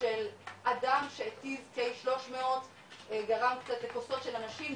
של אדם שהתיז K-300 בכוסות של אנשים,